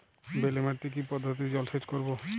বেলে মাটিতে কি পদ্ধতিতে জলসেচ করব?